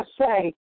say